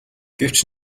гэвч